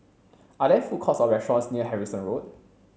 are there food courts or restaurants near Harrison Road